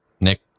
Nick